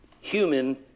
human